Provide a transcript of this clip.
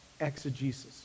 exegesis